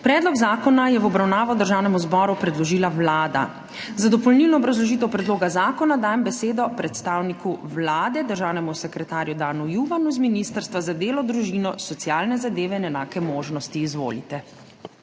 Predlog zakona je v obravnavo Državnemu zboru predložila Vlada. Za dopolnilno obrazložitev predloga zakona dajem besedo predstavniku Vlade, državnemu sekretarju Danu Juvanu z Ministrstva za delo, družino, socialne zadeve in enake možnosti. Izvolite.